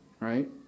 right